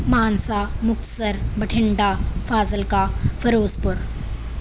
Mansa Muktsar Bathinda Fazilka Firozpur